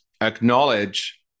acknowledge